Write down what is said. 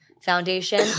foundation